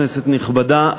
כנסת נכבדה,